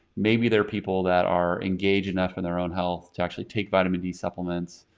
maybe they are people that are engaged enough in their own health to actually take vitamin d supplements,